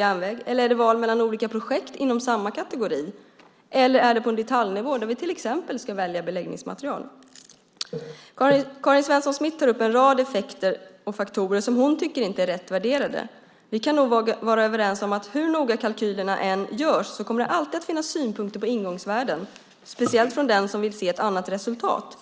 Är det val mellan olika projekt inom samma kategori? Eller är det på en detaljnivå där vi till exempel ska välja beläggningsmaterial? Karin Svensson Smith tar upp en rad effekter och faktorer som hon inte tycker är rätt värderade. Vi kan nog vara överens om att det, hur noga kalkylerna än görs, alltid kommer att finnas synpunkter på ingångsvärden, speciellt från den som vill se ett annat resultat.